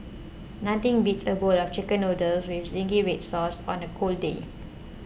nothing beats a bowl of Chicken Noodles with Zingy Red Sauce on a cold day